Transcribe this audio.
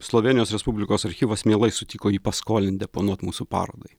slovėnijos respublikos archyvas mielai sutiko jį paskolint deponuot mūsų parodai